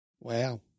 Wow